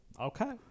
Okay